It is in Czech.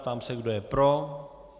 Ptám se, kdo je pro.